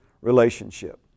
relationship